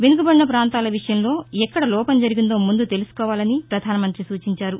వెనుకబడిన పాంతాల విషయంలో ఎక్కడలోపం జరిగిందో ముందు తెలుసుకోవాలని ప్రపధానమంతి సూచించారు